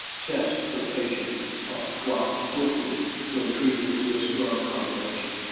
test for the patient dropped quickly when treated with this drug combination.